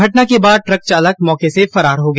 घटना के बाद ट्रक चालक मौके से फरार हो गया